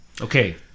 Okay